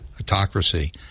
autocracy